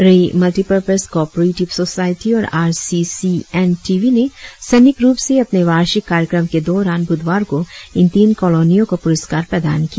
रेई multipurpose cooperative society और R C C N T V ने संयुक्त रुप से अपने वार्षीक कार्यक्रम के दौरान बुधवार को इन तीन कलोनियों को पुरस्कार प्रदान किया